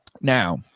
Now